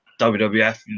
wwf